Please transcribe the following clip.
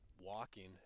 walking